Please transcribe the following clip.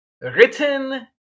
written